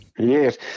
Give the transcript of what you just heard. Yes